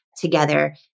together